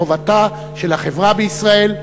חובתה של החברה בישראל,